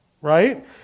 right